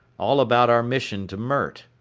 all about our mission to mert.